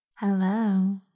Hello